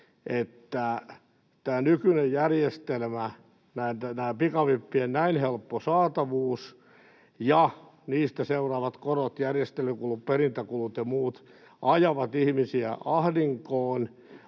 että tämä nykyinen järjestelmä, tämä pikavippien näin helppo saatavuus ja niistä seuraavat korot, järjestelykulut, perintäkulut ja muut ajavat ihmisiä ahdinkoon,